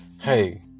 hey